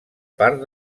part